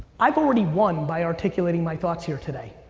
i've already won by articulating my thoughts here today.